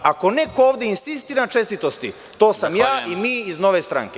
Ako neko ovde insistira na čestitosti, to sam ja i mi iz Nove stranke.